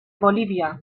bolivia